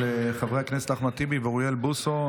של חברי הכנסת אחמד טיבי ואוריאל בוסו.